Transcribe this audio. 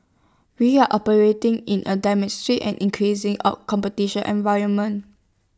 we are operating in A and increasingly competitive environment